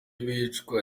bicwa